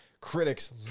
Critics